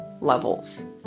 levels